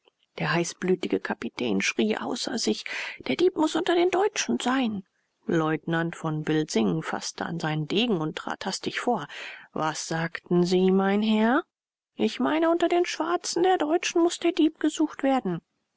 der heißblütige kapitän schrie außer sich der dieb muß unter den deutschen sein leutnant von bilsing faßte an seinen degen und trat hastig vor was sagten sie mein herr ich meine unter den schwarzen der deutschen muß der dieb gesucht werden